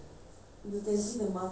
then I don't want lah